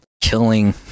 killing